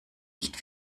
nicht